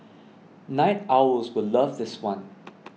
night owls will love this one